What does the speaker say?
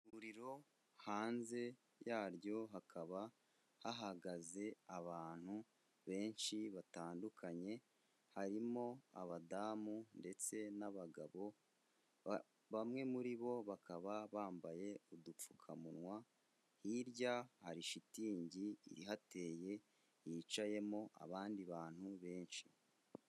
Ivuriro hanze yaryo hakaba hahagaze abantu benshi batandukanye harimo abadamu ndetse n'abagabo bamwe muri bo bakaba bambaye udupfukamunwa, hirya hari shitingi ihateye yicayemo abandi bantu benshi.